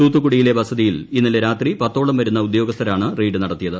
തൂത്തുക്കുടിയിലെ വസതിയിൽ ഇന്നലെ രാത്രി പത്തോളം വരുന്ന ഉദ്യോഗസ്ഥരാണ് റെയ്ഡ് നടത്തിയത്